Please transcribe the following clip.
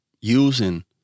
using